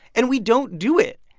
and we don't do it.